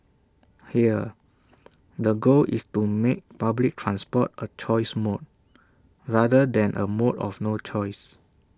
here the goal is to make public transport A choice mode rather than A mode of no choice